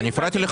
אני הפרעתי לך?